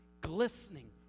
glistening